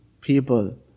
people